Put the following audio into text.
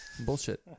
bullshit